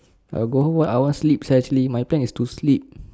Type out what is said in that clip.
I will go home [what] I want sleep actually my plan is to sleep